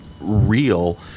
real